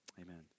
Amen